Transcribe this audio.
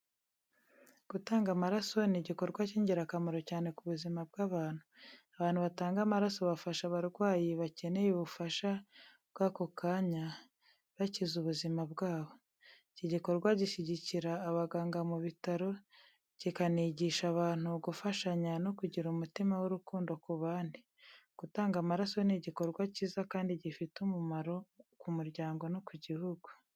Gutanga amaraso ni igikorwa cy’ingirakamaro cyane ku buzima bw’abantu. Abantu batanga amaraso bafasha abarwayi bakeneye ubufasha bw’ako kanya, bakiza ubuzima bwabo. Iki gikorwa gishyigikira abaganga mu bitaro, kikanigisha abantu gufashanya no kugira umutima w’urukundo ku bandi. Gutanga amaraso ni igikorwa cyiza kandi gifite umumaro ku muryango no ku gihugu.